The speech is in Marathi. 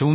0